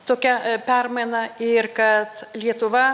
tokia permaina ir kad lietuva